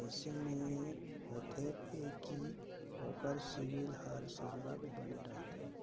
अइसे में होथे ए कि ओकर सिविल हर सरलग बने रहथे